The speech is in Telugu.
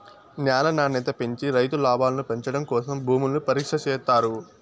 న్యాల నాణ్యత పెంచి రైతు లాభాలను పెంచడం కోసం భూములను పరీక్ష చేత్తారు